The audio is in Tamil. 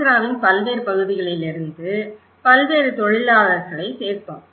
ஆந்திராவின் பல்வேறு பகுதிகளிலிருந்து பல்வேறு தொழிலாளர்களை சேர்த்தோம்